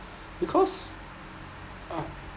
because uh